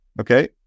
okay